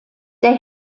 der